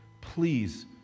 please